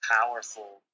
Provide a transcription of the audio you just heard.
powerful